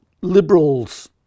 liberals